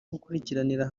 gukurikiranira